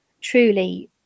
truly